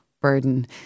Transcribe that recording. burden